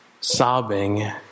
sobbing